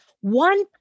one